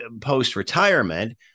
post-retirement